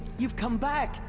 you've come back!